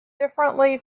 differently